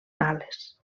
ales